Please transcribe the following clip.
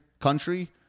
country